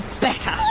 better